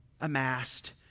amassed